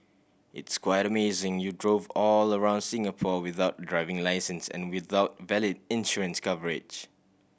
it's quite amazing you drove all around Singapore without driving licence and without valid insurance coverage